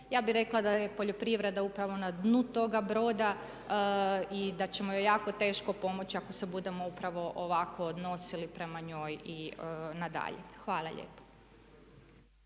Ja bih rekla da je poljoprivreda upravo na dnu toga broda i da ćemo joj jako teško pomoći ako se budemo upravo ovako odnosili prema njoj i nadalje. Hvala lijepa.